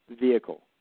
vehicle